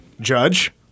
Judge